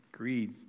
Greed